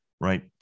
right